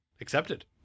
Accepted